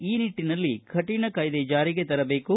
ಈ ನಿಟ್ಟನಲ್ಲಿ ಕಠಿಣ ಕಾಯ್ದೆ ಜಾರಿಗೆ ತರಬೇಕು